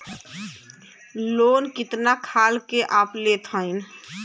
Loan कितना खाल के आप लेत हईन?